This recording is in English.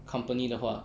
company 的话